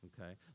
okay